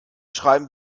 schreiben